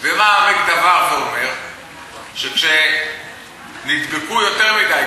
ובא "העמק דבר" ואומר שכשנדבקו יותר מדי,